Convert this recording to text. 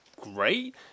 great